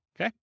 okay